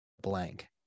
blank